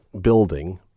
building